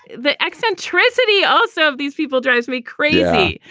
the eccentricity also of these people drives me crazy,